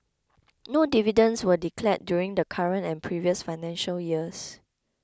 no dividends were declared during the current and previous financial years